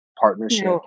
partnership